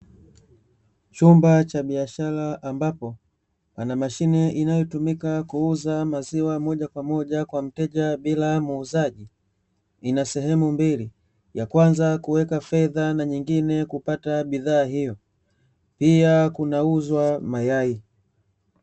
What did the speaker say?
Chumba cha biashara ambapo, pa na mashine inayotumika kuuza maziwa moja kwa moja kwa mteja bila muuzaji, kina sehemu mbili ya kwanza kuweka fedha na nyingine kupata bidhaa hiyo, pia kunauzwa mayai.